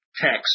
text